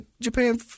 Japan